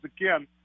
again